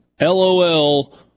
LOL